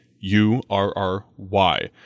U-R-R-Y